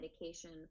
medication